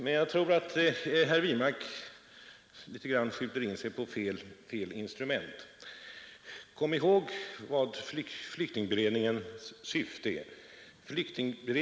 Men jag tror att herr Wirmark litet grand skjuter in sig på fel instrument. Kom ihåg vad flyktingberedningens syfte är!